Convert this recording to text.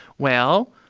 well,